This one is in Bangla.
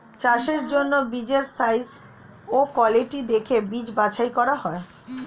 চাষের জন্য বীজের সাইজ ও কোয়ালিটি দেখে বীজ বাছাই করা হয়